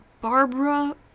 Barbara